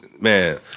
man